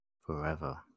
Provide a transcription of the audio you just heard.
forever